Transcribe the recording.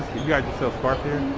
you guys just sell scarfs here?